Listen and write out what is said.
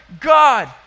God